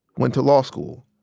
went to law school.